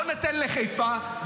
לא ניתן לחיפה,